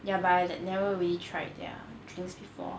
ya but I never really tried their drinks before